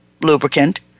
lubricant